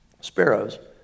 sparrows